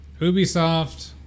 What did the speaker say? Ubisoft